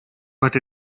but